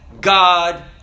God